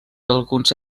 alguns